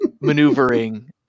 maneuvering